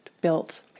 built